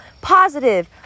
positive